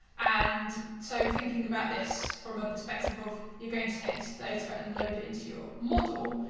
and so thinking about this from a perspective of, you're going to take this data and load it into your model.